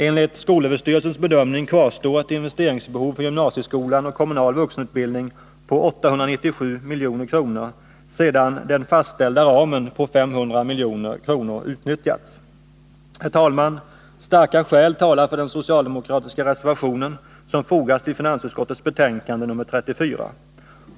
Enligt SÖ:s bedömning kvarstår ett investeringsbehov för gymnasieskolan och för kommunal vuxenutbildning som uppgår till 897 milj.kr. sedan den fastställda ramen på 500 milj.kr. utnyttjats. Herr talman! Starka skäl talar för den socialdemokratiska reservation som fogats till finansutskottets betänkande nr 34.